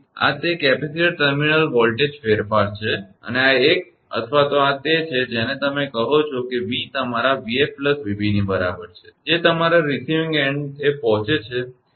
તેથી આ તે કેપેસિટર ટર્મિનલ વોલ્ટેજ ફેરફાર છે અને આ એક અથવા તો આ તે છે જેને તમે કહો છો કે v તમારા 𝑣𝑓 𝑣𝑏 ની બરાબર છે જે તમારા રિસીવીંગ એન્ડ એ પહોંચે છે